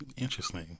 interesting